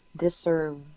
deserve